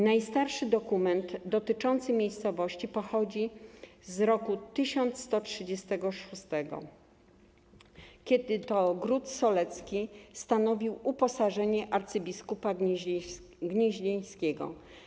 Najstarszy dokument dotyczący miejscowości pochodzi z roku 1136, kiedy to gród solecki stanowił uposażenie arcybiskupa gnieźnieńskiego.